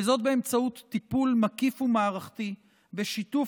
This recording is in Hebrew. וזאת באמצעות טיפול מקיף ומערכתי בשיתוף